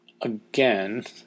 Again